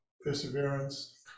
perseverance